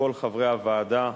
לכל חברי הוועדה,